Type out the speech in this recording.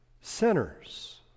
sinners